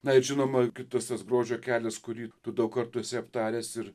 na ir žinoma kitas tas grožio kelias kurį tu daug kartų esi aptaręs ir